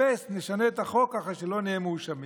נשנה את החוק ככה שלא נהיה מואשמים.